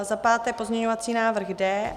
Za páté pozměňovací návrh D.